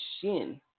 shin